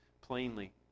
plainly